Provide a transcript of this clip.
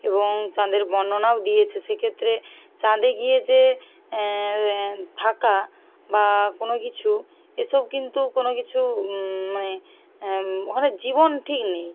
এবং চাঁদের বর্ণনাও দিয়েছে সেক্ষেত্রে চাঁদে গিয়ে যে ফাঁকা বা কোন কিছু এসব কিন্তু কোন কিছু মানে ওখানে জীবন ঠিক নেই